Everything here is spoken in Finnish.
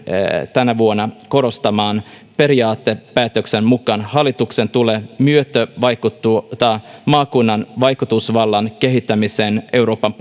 tänä vuonna korostaman periaatepäätöksen mukaan hallituksen tulee myötävaikuttaa maakunnan vaikutusvallan kehittämiseen euroopan